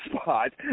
spot